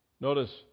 Notice